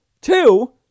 two